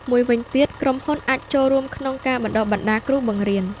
មួយវិញទៀត ក្រុមហ៊ុនអាចចូលរួមក្នុង ការបណ្តុះបណ្តាលគ្រូបង្រៀន។